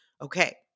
Okay